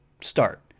start